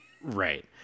Right